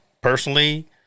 personally